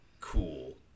cool